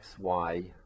xy